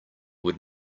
would